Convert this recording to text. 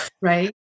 right